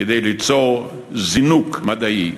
כדי ליצור זינוק מדעי.